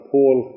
Paul